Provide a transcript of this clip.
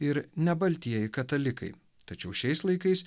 ir nebaltieji katalikai tačiau šiais laikais